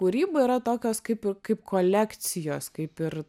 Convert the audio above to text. kūryba yra tokios kaip ir kaip kolekcijos kaip ir